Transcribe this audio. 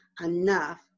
enough